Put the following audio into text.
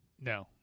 No